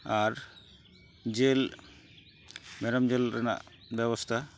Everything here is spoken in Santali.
ᱟᱨ ᱡᱤᱞ ᱢᱮᱨᱚᱢ ᱡᱤᱞ ᱨᱮᱱᱟᱜ ᱵᱮᱵᱚᱥᱛᱟ